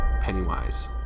pennywise